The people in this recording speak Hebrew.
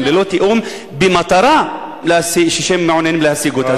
ללא תיאום במטרה שהם מעוניינים להשיג אותה.